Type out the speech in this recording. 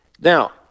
Now